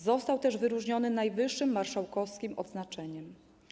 Został też wyróżniony najwyższym marszałkowskim odznaczeniem.